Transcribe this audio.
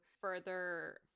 further